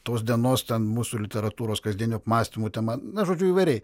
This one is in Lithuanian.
tos dienos ten mūsų literatūros kasdienių apmąstymų tema na žodžiu įvairiai